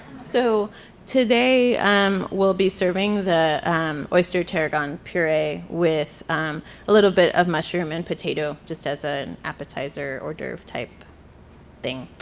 so today um we'll be serving the oyster tarragon puree with a little bit of mushroom and potato just as ah an appetizer hors d'oeuvre type thing.